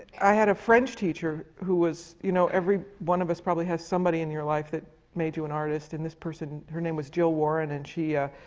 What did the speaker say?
i had a french teacher, who was you know, every one of us probably has somebody in your life that made you an artist, and this person her name was jo warren and you ah